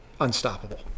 unstoppable